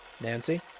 Nancy